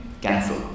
cancel